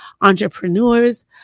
entrepreneurs